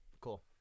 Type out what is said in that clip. Cool